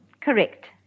Correct